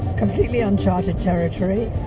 completely uncharted territory,